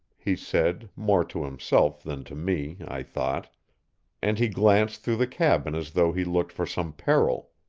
he said, more to himself than to me, i thought and he glanced through the cabin as though he looked for some peril.